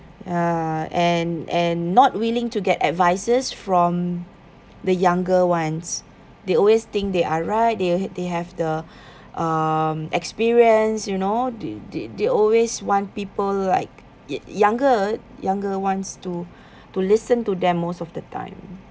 uh and and not willing to get advises from the younger ones they always think they are right they they have the um experience you know they they they always want people like it younger younger ones to to listen to them most of the time